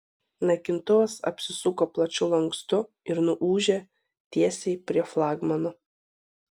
naikintuvas apsisuko plačiu lankstu ir nuūžė tiesiai prie flagmano